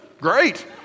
Great